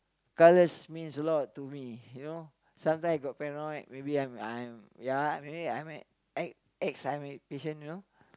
colors means a lot to me you know some night got paranoid maybe I'm I'm ya actually I'm an ex ex I_M_H patient you know